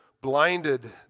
blinded